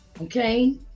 okay